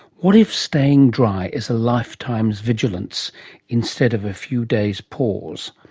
what if staying dry is a lifetime vigilance instead of a few days pause?